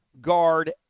guard